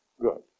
good